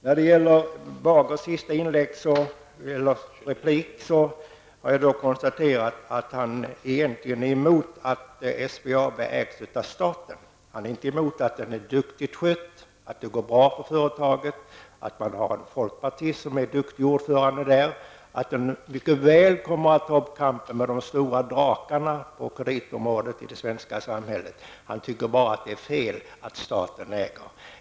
Jag konstaterar av Erling Bagers sista replik att han egentligen bara är emot att SBAB ägs av staten. Han är inte emot att SBAB sköts duktigt, att det går bra för företaget, att man har en duktig ordförande som är folkpartist eller att SBAB mycket väl kommer att ta upp kampen med de stora drakarna på kreditområdet i det svenska samhället. Han tycker bara att det är fel att staten är ägare.